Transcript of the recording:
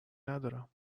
ندارم